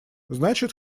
значит